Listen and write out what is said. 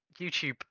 YouTube